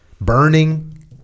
burning